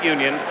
Union